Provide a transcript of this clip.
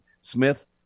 Smith